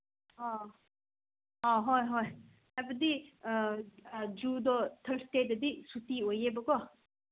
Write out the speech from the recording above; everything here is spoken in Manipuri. ꯑꯥ ꯑꯥ ꯍꯣꯏ ꯍꯣꯏ ꯑꯗꯨꯗꯤ ꯖꯨꯗꯣ ꯊ꯭ꯔꯁꯗꯦꯗꯗꯤ ꯁꯨꯇꯤ ꯑꯣꯏꯌꯦꯕꯀꯣ